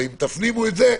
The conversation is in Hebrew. ואם תפנימו את זה,